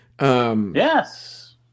Yes